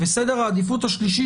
וסדר העדיפות השלישי,